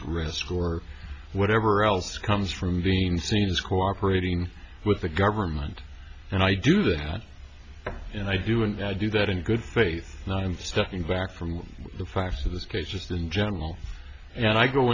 at risk or whatever else comes from being seen as cooperating with the government and i do that and i do and do that in good faith and stepping back from the facts of this case just in general and i go